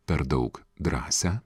per daug drąsią